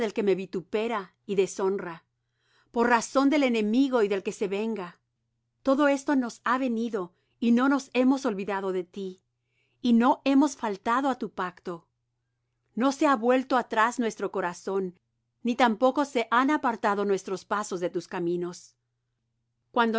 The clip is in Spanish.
que me vitupera y deshonra por razón del enemigo y del que se venga todo esto nos ha venido y no nos hemos olvidado de ti y no hemos faltado á tu pacto no se ha vuelto atrás nuestro corazón ni tampoco se han apartado nuestros pasos de tus caminos